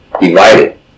divided